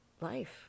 life